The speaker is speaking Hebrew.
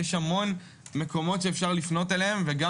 יש המון מקומות שאפשר לפנות אליהם וגם